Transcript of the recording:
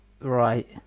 Right